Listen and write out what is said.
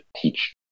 teach